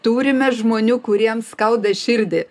turime žmonių kuriems skauda širdį